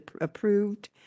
approved